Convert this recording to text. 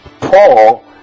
Paul